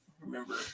remember